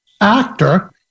actor